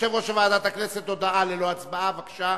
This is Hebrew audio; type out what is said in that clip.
יושב-ראש ועדת הכנסת, הודעה ללא הצבעה, בבקשה.